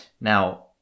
now